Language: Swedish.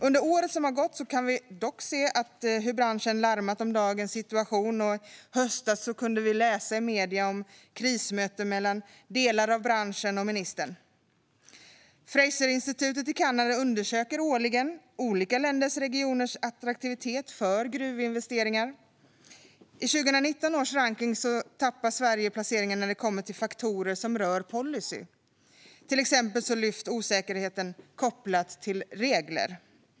Under året som gått har vi dock sett hur branschen larmat om dagens situation, och i höstas kunde vi läsa i medierna om krismöten mellan ministern och delar av branschen. Fraserinstitutet i Kanada undersöker årligen olika länders och regioners attraktivitet för gruvinvesteringar. I 2019 års rankning tappar Sverige placeringar när det kommer till faktorer som rör policy. Till exempel lyfts osäkerheten kopplat till regler.